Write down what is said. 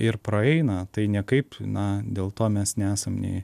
ir praeina tai niekaip na dėl to mes nesam nei